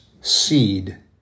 seed